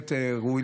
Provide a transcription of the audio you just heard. באמת ראויה.